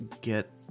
get